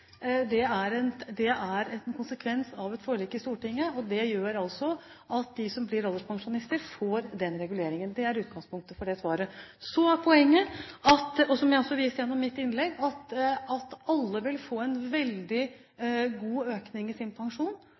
Det er en konsekvens av et forlik i Stortinget, og det gjør altså at de som blir alderspensjonister, får den reguleringen. Det er utgangspunktet for det svaret. Så er poenget, som jeg også viste til gjennom mitt innlegg, at alle vil få en veldig god økning i sin pensjon